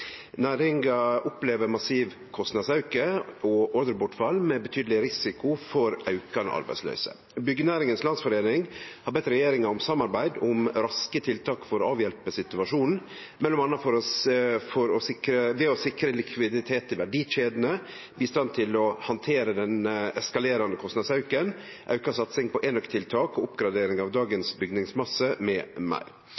Næringa opplever massiv kostnadsauke og ordrebortfall, med betydeleg risiko for aukande arbeidsløyse. Byggenæringens Landsforening har bedt regjeringa om samarbeid om raske tiltak for å avhjelpe situasjonen, mellom anna ved å sikre likviditet i verdikjedene, bistand til å handtere eskalerande kostnadsauke, auka satsing på enøktiltak/oppgradering av dagens bygningsmasse med meir. Vil regjeringa samarbeide med byggenæringa om ein slik plan med tiltak, og